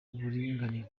uburinganire